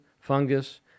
fungus